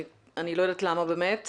אני לא יודעת למה באמת.